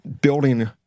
building